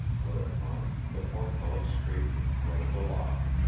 whereupon the portcullis scraped and groaned aloft,